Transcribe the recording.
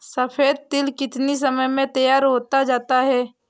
सफेद तिल कितनी समय में तैयार होता जाता है?